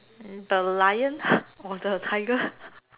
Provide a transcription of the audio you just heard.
the lion or the tiger